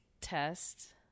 test